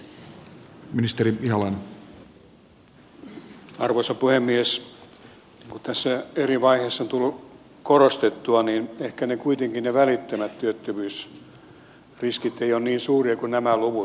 niin kuin tässä eri vaiheissa on tullut korostettua ehkä kuitenkaan ne välittömät työttömyysriskit eivät ole niin suuria kuin nämä luvut